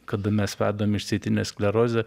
kada mes vedam išsėtinė sklerozė